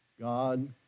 God